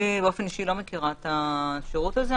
אני באופן אישי לא מכירה את השירות הזה.